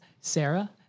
Sarah